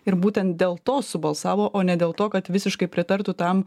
ir būtent dėl to subalsavo o ne dėl to kad visiškai pritartų tam